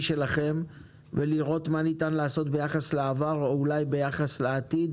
שלכם ולראות מה ניתן לעשות ביחס לעבר או אולי ביחס לעתיד,